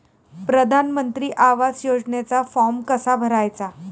प्रधानमंत्री आवास योजनेचा फॉर्म कसा भरायचा?